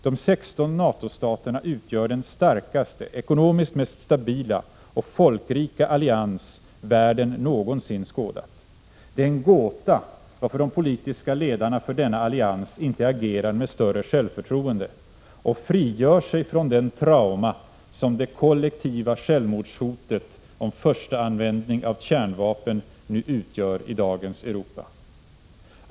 De 16 NATO-staterna utgör den starkaste, ekonomiskt mest stabila och folkrika allians världen någonsin skådat. Det är en gåta varför de politiska ledarna för denna allians inte agerar med större självförtroende och frigör sig från det trauma, som det kollektiva självmordshotet om förstaanvändning av kärnvapen nu utgör i dagens Europa.